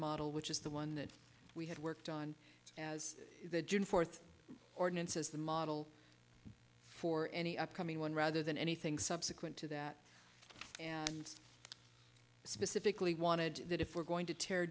model which is the one that we had worked on as the june fourth ordinance as the model for any upcoming one rather than anything subsequent to that and i specifically wanted that if we're going to tear